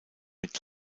mit